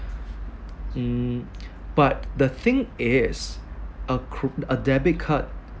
mm but the thing is a cre~ a debit card